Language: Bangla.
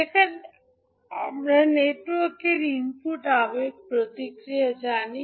যেখানে আমরা নেটওয়ার্কের ইনপুট আবেগ প্রতিক্রিয়া জানি